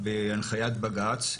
בהנחיית בג"צ.